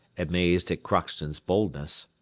amazed at crockston's boldness.